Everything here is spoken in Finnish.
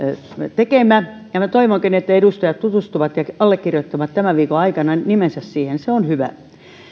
tekemä ja minä toivonkin että edustajat tutustuvat ja allekirjoittavat tämän viikon aikana nimensä siihen se on hyvä